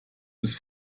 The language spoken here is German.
ist